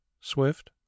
Swift